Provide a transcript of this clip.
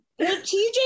TJ